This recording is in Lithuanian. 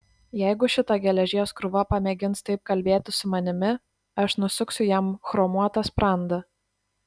jeigu šita geležies krūva pamėgins taip kalbėti su manimi aš nusuksiu jam chromuotą sprandą